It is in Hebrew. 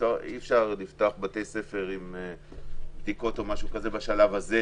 אי-אפשר לפתוח בתי ספר בשלב הזה,